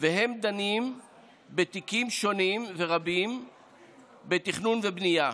ודנים בתיקים שונים ורבים בתכנון ובנייה.